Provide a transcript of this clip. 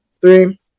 Three